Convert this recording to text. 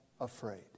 afraid